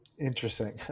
Interesting